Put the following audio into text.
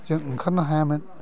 जों ओंखारनो हायामोन